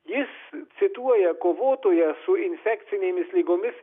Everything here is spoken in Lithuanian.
jis cituoja kovotoją su infekcinėmis ligomis